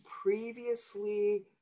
previously